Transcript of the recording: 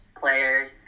players